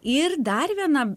ir dar viena